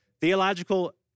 theological